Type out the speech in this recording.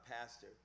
pastor